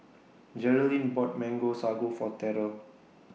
Jerrilyn bought Mango Sago For Terell